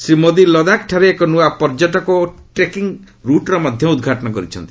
ଶ୍ରୀ ମୋଦି ଲଦାଖ୍ଠାରେ ଏକ ନୂଆ ପର୍ଯ୍ୟଟକ ଓ ଟ୍ରେକିଂ ରୁଟ୍ର ମଧ୍ୟ ଉଦ୍ଘାଟନ କରିଛନ୍ତି